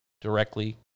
directly